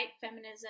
feminism